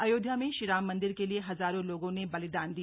अयोध्या में श्रीराम मन्दिर के लिए हजारों लोगों ने बलिदान दिया